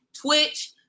Twitch